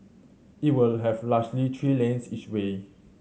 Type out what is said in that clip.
it will have largely three lanes each way